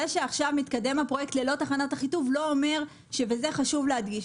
זה שעכשיו מתקדם הפרויקט ללא תחנת אחיטוב בזה חשוב להדגיש,